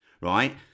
right